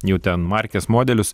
jau ten markes modelius